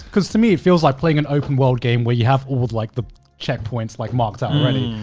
cause to me it feels like playing an open world game where you have all like the checkpoints, like mocked up and ready.